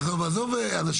עזוב, עזוב אנשים.